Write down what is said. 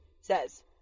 says